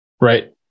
Right